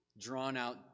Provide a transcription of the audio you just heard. drawn-out